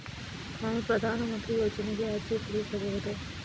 ನಾನು ಪ್ರಧಾನ ಮಂತ್ರಿ ಯೋಜನೆಗೆ ಅರ್ಜಿ ಸಲ್ಲಿಸಬಹುದೇ?